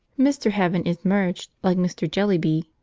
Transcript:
mr. heaven is merged, like mr. jellyby,